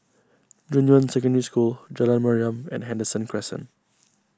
Junyuan Secondary School Jalan Mariam and Henderson Crescent